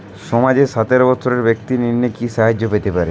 সমাজের সতেরো বৎসরের ব্যাক্তির নিম্নে কি সাহায্য পেতে পারে?